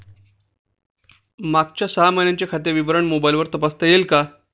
मागच्या सहा महिन्यांचे खाते विवरण मोबाइलवर तपासता येईल का?